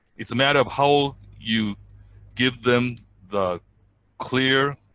it's a matter of how you give them the clear